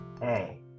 Hey